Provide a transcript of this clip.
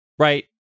Right